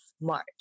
March